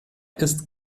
ist